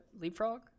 leapfrog